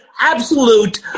absolute